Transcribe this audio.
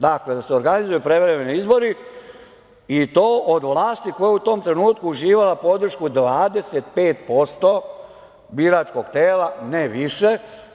Dakle, da se organizuju prevremeni izbori i to od vlasti koja je u tom trenutku uživala podršku 25% biračkog tela, ne više.